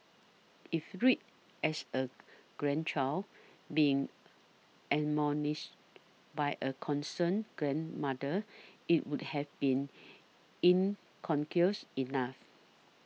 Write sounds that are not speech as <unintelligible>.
if read as a grandchild being admonished by a concerned grandmother it would have been <unintelligible> enough